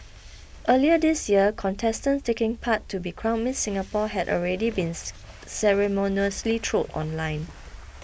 earlier this year contestants taking part to be crowned Miss Singapore had already bins ceremoniously trolled online